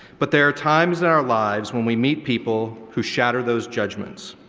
but there are times in our lives when we meet people who shatter those judgements,